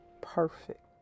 perfect